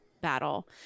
battle